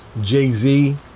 Jay-Z